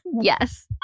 Yes